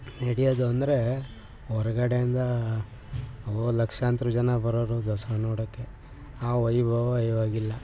ನಡೆಯೋದು ಅಂದರೆ ಹೊರ್ಗಡೆಯಿಂದ ಹೋ ಲಕ್ಷಾಂತರ ಜನ ಬರೋರು ದಸರಾ ನೋಡೋಕೆ ಆ ವೈಭವ ಇವಾಗಿಲ್ಲ